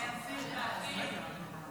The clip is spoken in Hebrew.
לא פעם ראשונה שהוא במתח,